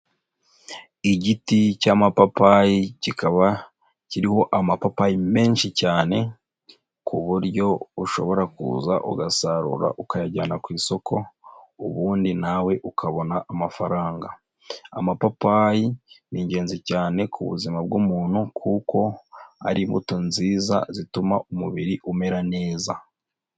Igiti cy'amapapayi kikaba kiriho amapapayi menshi cyane ku buryo ushobora kuza ugasarura ukayajyana ku isoko ubundi nawe ukabona amafaranga. Amapapayi ni ingenzi cyane ku buzima bw'umuntu kuko ari imbuto nziza zituma umubiri umera neza.